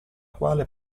quale